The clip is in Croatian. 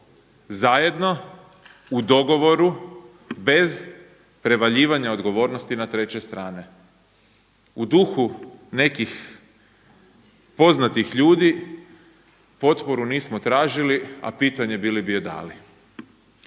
zajedno u dogovoru bez prevaljivanja odgovornosti na treće strane. U duhu nekih poznatih ljudi potporu nismo tražili, a pitanje bili bi je dali.